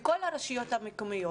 בכל הרשויות המקומיות